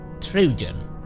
Trojan